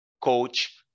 coach